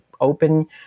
open